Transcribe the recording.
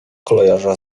kolejarza